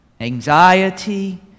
anxiety